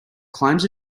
climbs